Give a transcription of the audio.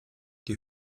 die